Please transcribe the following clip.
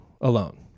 alone